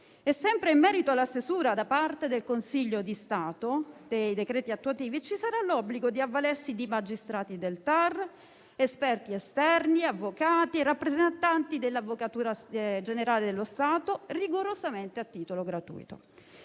Sempre in merito alla stesura da parte del Consiglio di Stato dei decreti attuativi, ci sarà l'obbligo di avvalersi di magistrati del TAR, esperti esterni, avvocati e rappresentanti dell'Avvocatura generale dello Stato, rigorosamente a titolo gratuito.